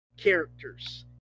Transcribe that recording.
characters